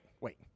wait